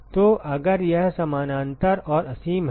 तो अगर यह समानांतर और असीम है